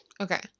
okay